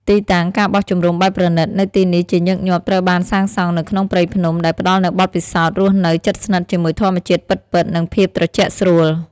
ទីតាំង ការបោះជំរំបែបប្រណីត នៅទីនេះជាញឹកញាប់ត្រូវបានសាងសង់នៅក្នុងព្រៃភ្នំ ដែលផ្តល់នូវបទពិសោធន៍រស់នៅជិតស្និទ្ធជាមួយធម្មជាតិពិតៗ និងភាពត្រជាក់ស្រួល។